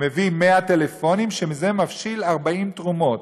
שמביא 100 טלפונים, שמהם מבשילות 40 תרומות.